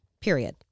Period